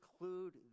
include